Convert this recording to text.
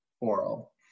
oral